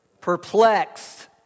Perplexed